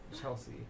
Chelsea